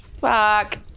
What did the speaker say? Fuck